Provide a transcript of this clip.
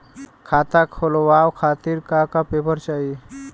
खाता खोलवाव खातिर का का पेपर चाही?